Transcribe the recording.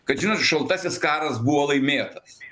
kad jūsų šaltasis karas buvo laimėtas